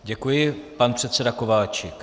Děkuji, pan předseda Kováčik.